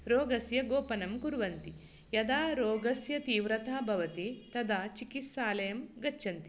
रोगस्य गोपनं कुर्वन्ति यदा रोगस्य तीव्रता भवति तदा चिकित्सालयं गच्छन्ति